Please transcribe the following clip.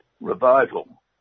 revival